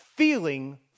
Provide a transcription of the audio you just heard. feeling